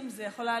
רבה.